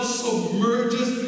submerges